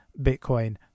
Bitcoin